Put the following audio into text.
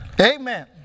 Amen